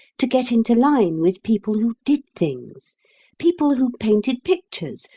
to get into line with people who did things people who painted pictures,